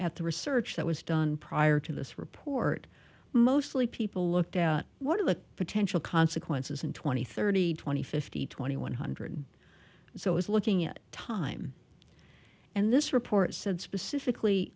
at the research that was done prior to this report mostly people looked at one of the potential consequences in twenty thirty twenty fifty twenty one hundred so is looking at time and this report said specifically